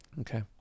Okay